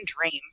dream